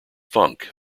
funk